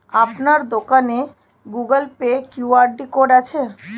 আপনার দোকানে Google Pay QR code আছে?